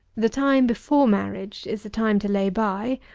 the time before marriage is the time to lay by,